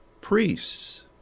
priests